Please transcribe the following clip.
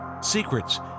Secrets